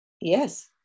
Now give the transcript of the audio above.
Yes